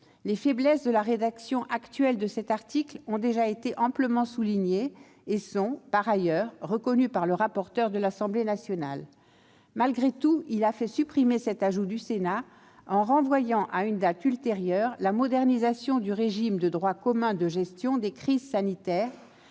Les faiblesses de la rédaction actuelle de cet article ont déjà été amplement soulignées et sont par ailleurs reconnues par le rapporteur de l'Assemblée nationale. Malgré tout, il a fait supprimer cet ajout du Sénat, en renvoyant à une date ultérieure la modernisation du régime de droit commun de gestion des crises sanitaires,